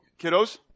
kiddos